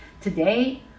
Today